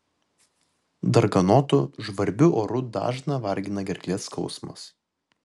darganotu žvarbiu oru dažną vargina gerklės skausmas